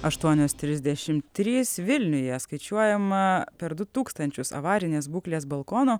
aštuonios trisdešim trys vilniuje skaičiuojama per du tūkstančius avarinės būklės balkonų